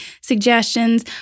suggestions